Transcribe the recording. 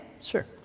sure